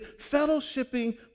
fellowshipping